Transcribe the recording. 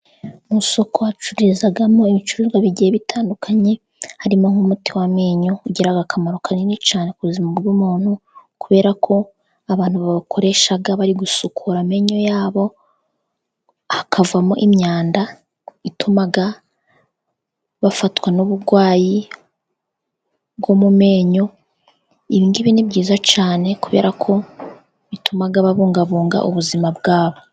Mu isoko wacururizamo ibicuruzwa bigiye bitandukanye, harimo nk'umuti w'amenyo ugira akamaro kanini cyane ku buzima bw'umuntu, kubera ko abantu bakoresha bari gusukura amenyo yabo, hakavamo imyanda ituma bafatwa n'uburwayi bwo mu menyo. Ibi ngibi ni byiza cyane kubera ko bituma babungabunga ubuzima bwabo.